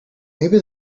maybe